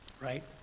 right